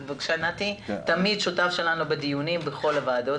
אתה תמיד שותף שלנו בדיונים בוועדה.